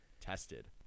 tested